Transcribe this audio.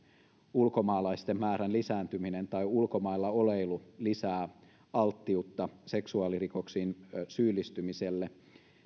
ulkomaalaisten määrän lisääntyminen tai ulkomailla oleilu lisää alttiutta seksuaalirikoksiin syyllistymiselle